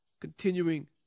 continuing